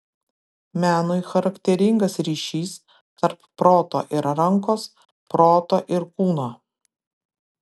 menui charakteringas ryšys tarp proto ir rankos proto ir kūno